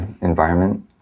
environment